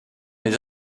les